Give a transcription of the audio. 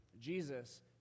Jesus